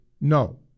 no